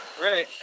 Right